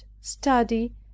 study